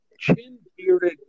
chin-bearded